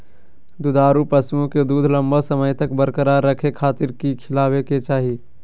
दुधारू पशुओं के दूध लंबा समय तक बरकरार रखे खातिर की खिलावे के चाही?